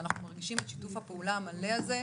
ואנחנו מרגישים את שיתוף הפעולה המלא הזה.